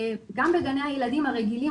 גם בגני הילדים הרגילים,